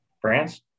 France